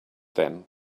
then